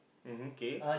mmhmm k